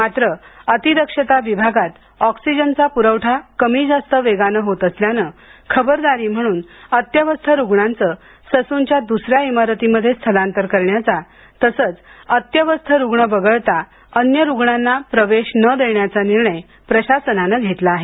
मात्र अतिदक्षता विभागात ऑक्सिंजनचा पुरवठा कमी जास्त वेगाने होत असल्याने खबरदारी म्हणून अत्यवस्थ रुग्णांचं ससूनच्या दुसऱ्या इमारतीमध्ये स्थलांतर करण्याचा तसंच अत्यवस्थ रुग्ण वगळता अन्य रुग्णांना प्रवेश न देण्याचा निर्णय प्रशासनानं घेतला आहे